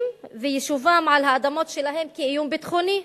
ויישובם על האדמות שלהם כאיום ביטחוני",